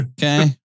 okay